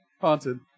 haunted